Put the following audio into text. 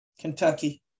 Kentucky